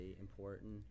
important